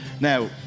Now